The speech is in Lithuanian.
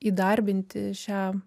įdarbinti šią